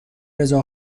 رضا